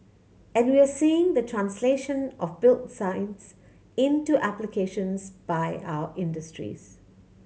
and we are seeing the translation of built science into applications by our industries